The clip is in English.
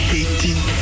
hating